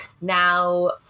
Now